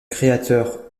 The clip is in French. créateur